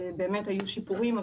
באמת היו שיפורים,